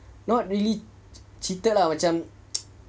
not really cheated macam